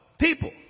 People